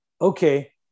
okay